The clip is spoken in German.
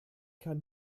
kann